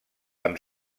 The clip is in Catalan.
amb